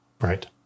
Right